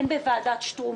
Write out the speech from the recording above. הן בוועדת שטרום,